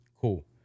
Cool